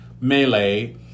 melee